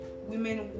women